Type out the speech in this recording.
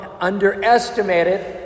underestimated